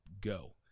go